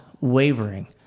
wavering